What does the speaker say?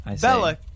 Bella